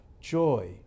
joy